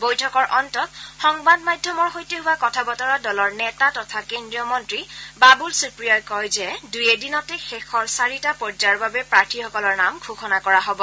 বৈঠকৰ অন্তত সংবাদ মাধ্যমৰ সৈতে হোৱা কথা বতৰাত দলৰ নেতা তথা কেন্দ্ৰীয় মন্ত্ৰী বাবুল সুপ্ৰিয়ই কয় যে দুই এদিনতে শেষৰ চাৰিটা পৰ্যায়ৰ বাবে প্ৰাৰ্থীসকলৰ নাম ঘোষণা কৰা হ'ব